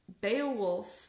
Beowulf